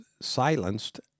silenced